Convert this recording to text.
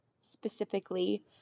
specifically